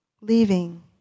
leaving